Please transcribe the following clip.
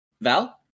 Val